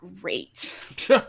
great